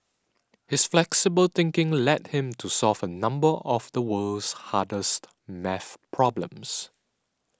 his flexible thinking led him to solve a number of the world's hardest math problems